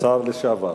השר לשעבר.